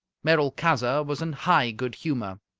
merolchazzar was in high good humour.